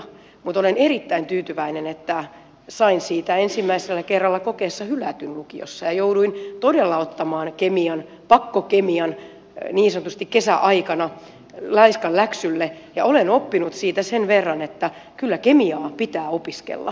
mutta olen erittäin tyytyväinen että sain siitä ensimmäisellä kerralla kokeessa hylätyn lukiossa ja jouduin todella ottamaan kemian pakkokemian kesäaikana niin sanotusti laiskanläksylle ja olen oppinut siitä sen verran että kyllä kemiaa pitää opiskella